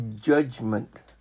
judgment